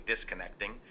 disconnecting